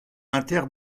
inter